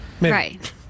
Right